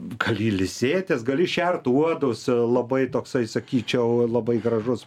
gali ilsėtis gali šert uodus labai toksai sakyčiau labai gražus